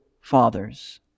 fathers